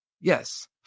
Yes